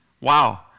wow